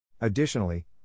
Additionally